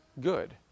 good